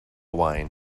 wine